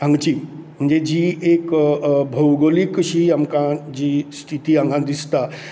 हांगची म्हणजे जी एक भौगोलीक अशी आमकां जी स्थिती हांगा दिसता